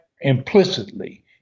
implicitly